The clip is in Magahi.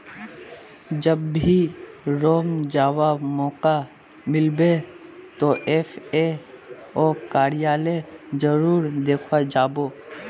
जब भी रोम जावा मौका मिलबे तो एफ ए ओ कार्यालय जरूर देखवा जा बो